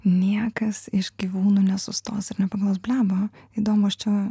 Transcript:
niekas iš gyvūnų nesustos ir nepaklaus blemba įdomu aš čia